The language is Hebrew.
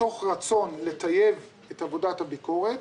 מתוך רצון לטייב את עבודת הביקורת,